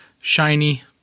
shiny